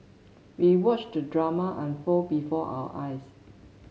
we watched drama unfold before our eyes